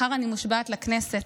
מחר אני מושבעת לכנסת,